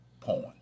porn